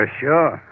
sure